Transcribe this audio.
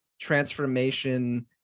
transformation